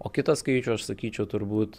o kitą skaičių aš sakyčiau turbūt